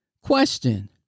Question